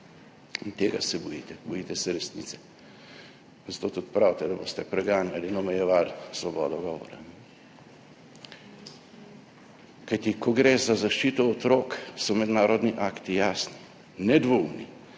In tega se bojite, bojite se resnice. Zato tudi pravite, da boste preganjali in omejevali svobodo govora. Kajti, ko gre za zaščito otrok, so mednarodni akti jasni, nedvoumni.